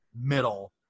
middle